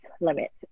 limits